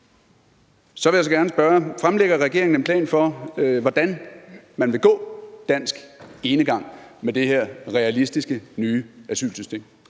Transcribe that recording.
Så jeg vil gerne spørge: Fremlægger regeringen en plan for, hvordan man vil gå dansk enegang med det her realistiske nye asylsystem?